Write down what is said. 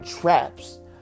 traps